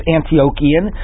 Antiochian